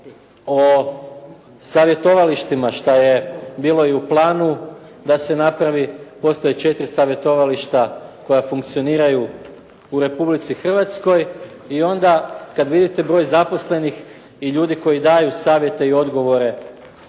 o savjetovalištima šta je bilo i u planu da se napravi, postoje četiri savjetovališta koja funkcioniraju u Republici Hrvatskoj i onda kad vidite broj zaposlenih i ljudi koji daju savjete i odgovore